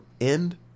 end